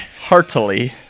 Heartily